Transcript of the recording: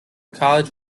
college